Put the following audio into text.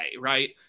right